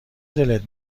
دلت